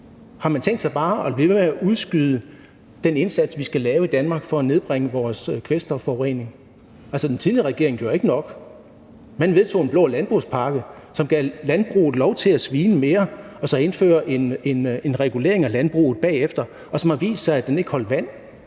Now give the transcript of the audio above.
har man tænkt sig bare at blive ved med at udskyde den indsats, vi skal lave i Danmark, for at nedbringe vores kvælstofforurening? Altså, den tidligere regering gjorde ikke nok. Man vedtog en blå landbrugspakke, som gav landbruget lov til at svine mere, og indførte så en regulering af landbruget bagefter, som har vist, at den ikke holdt vand.